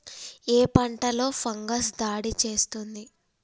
ఏ పంటలో ఫంగస్ దాడి చేస్తుంది?